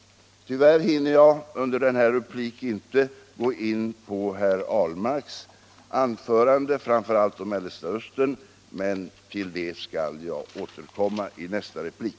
Tyvärr hinner jag nu under denna replik inte gå in på herr Ahlmarks anförande, framför allt när han talade om Mellersta Östern, men till det skall jag återkomma i min nästa replik.